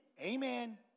Amen